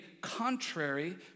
contrary